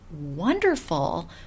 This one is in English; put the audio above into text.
wonderful